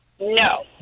No